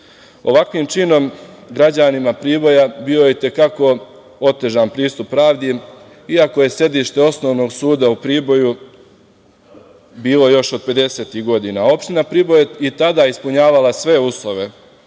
Ovakvim činom građanima Priboja bio je itekako otežan pristup pravdi, iako je sedište Osnovnog suda u Priboju bilo još od pedesetih godina. Opština Priboj je i tada ispunjavala sve uslove